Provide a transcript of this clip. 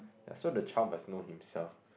ya so the child must know himself